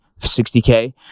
60k